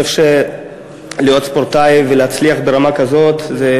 אני חושב שלהיות ספורטאי ולהצליח ברמה כזאת זו